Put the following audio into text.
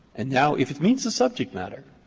and now if it means the subject matter,